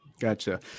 Gotcha